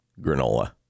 granola